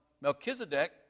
Melchizedek